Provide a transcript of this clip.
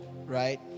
right